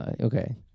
Okay